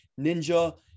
Ninja